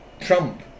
Trump